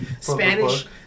Spanish